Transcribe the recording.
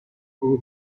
گروه